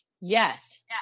Yes